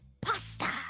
pasta